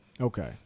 Okay